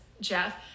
Jeff